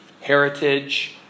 heritage